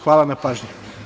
Hvala na pažnji.